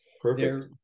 Perfect